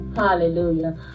Hallelujah